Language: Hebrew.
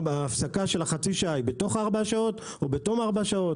ההפסקה של החצי שעה היא בתוך ארבע השעות או בתום ארבע שעות?